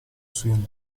swing